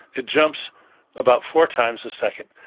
it jumps about four times a second.